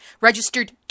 registered